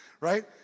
Right